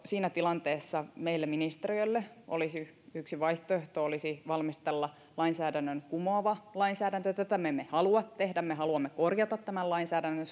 siinä tilanteessa meille ministeriölle yksi vaihtoehto olisi valmistella lainsäädännön kumoava lainsäädäntö ja tätä me emme halua tehdä me haluamme korjata tämän lainsäädännön